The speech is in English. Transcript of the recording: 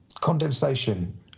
condensation